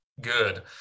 good